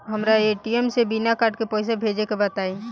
हमरा ए.टी.एम से बिना कार्ड के पईसा भेजे के बताई?